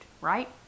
right